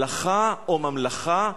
הלכה או ממלכה,